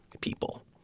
people